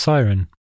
Siren